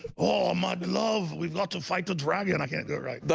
ah my love, we've got to fight the dragon i can't go right